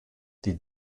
die